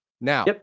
Now